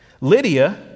Lydia